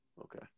Okay